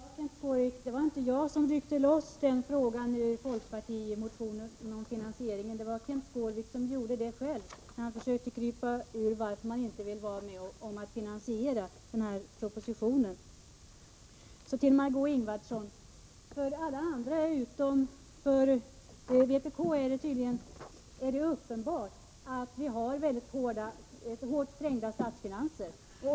Herr talman! Det var inte jag, Kenth Skårvik, som ryckte loss frågan om finansieringen ur folkpartimotionen. Det gjorde Kenth Skårvik själv, när han försökte krypa undan frågan varför folkpartiet inte vill vara med om att finansiera den här propositionen. Till Margé Ingvardsson: För alla utom vpk är det tydligen uppenbart att vi har mycket hårt trängda statsfinanser.